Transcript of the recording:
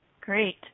Great